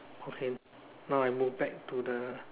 okay now I move back to the